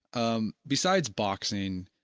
um besides boxing,